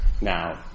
Now